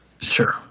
Sure